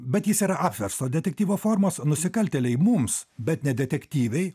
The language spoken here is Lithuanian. bet jis yra apversto detektyvo formos nusikaltėliai mums bet ne detektyvei